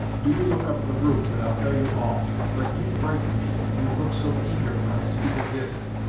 do you look up at the roof, and i'll tell you all. but you frighten me, you look so eager when i speak of hist.